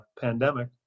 pandemic